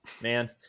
Man